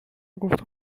گفتم